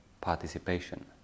participation